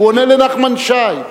הוא עונה לנחמן שי.